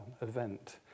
event